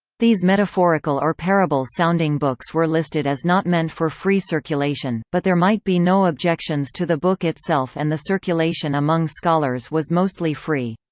these metaphorical or parable sounding books were listed as not meant for free circulation, but there might be no objections to the book itself and the circulation among scholars was mostly free.